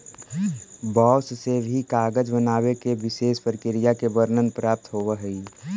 बाँस से भी कागज बनावे के विशेष प्रक्रिया के वर्णन प्राप्त होवऽ हई